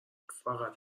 فقط